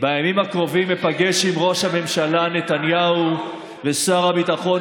בימים הקרובים אפגש עם ראש הממשלה נתניהו ושר הביטחון